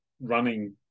running